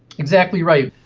exactly right.